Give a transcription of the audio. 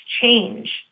change